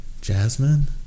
Jasmine